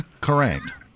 Correct